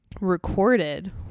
recorded